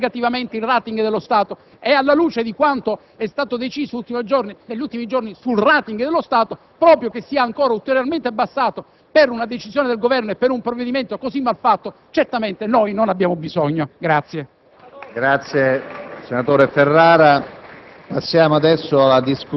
se coperto, per quanto abbiamo argomentato sullo *stock*, influenzerebbe molto negativamente il *rating* dello Stato. E proprio alla luce di quanto è stato deciso negli ultimi giorni sul *rating* dello Stato, che sia ulteriormente abbassato per una decisione del Governo, di un provvedimento così mal fatto non abbiamo certamente